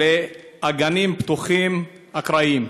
לאגנים פתוחים אקראיים.